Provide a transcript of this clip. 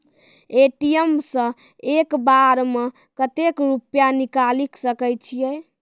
ATM सऽ एक बार म कत्तेक रुपिया निकालि सकै छियै?